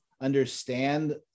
understand